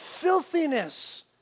filthiness